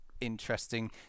interesting